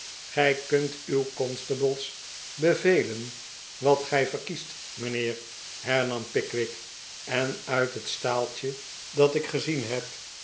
gij kunt uw constables bevelen wat gij verkiest mijnheer hernam pickwick en uit het staaltje dat ik gezien heb